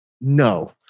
No